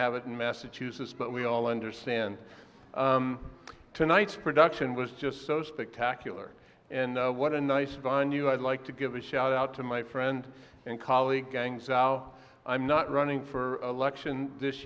have it in massachusetts but we all understand tonight's production was just so spectacular and what a nice vine you i'd like to give a shout out to my friend and colleague gangs i'm not running for election this